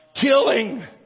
Killing